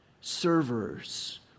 Servers